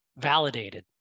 validated